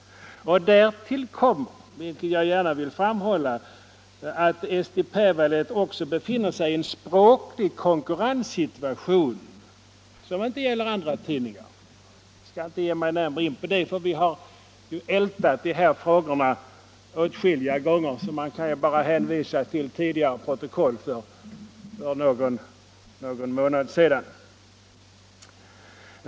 Därtill kommer, vilket jag gärna vill framhålla, att Eesti Päevaleht också befinner sig i en språklig konkurrenssituation som i regel inte gäller för andra tidningar. Jag skall inte gå närmare in på det, eftersom vi har ältat de här frågorna åtskilliga gånger. Jag bara hänvisar till protokoll för någon månad sedan.